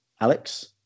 Alex